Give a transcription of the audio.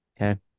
Okay